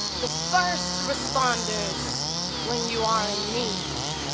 the first responders when you are in need.